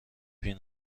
بین